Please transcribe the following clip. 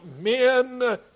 men